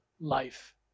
life